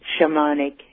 shamanic